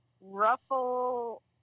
ruffle